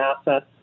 assets